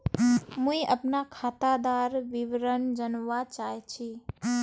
मुई अपना खातादार विवरण जानवा चाहची?